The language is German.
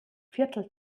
viertel